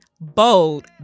bold